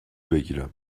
بگیرم